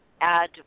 add